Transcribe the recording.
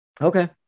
Okay